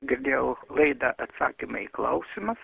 girdėjau laidą atsakymai į klausimus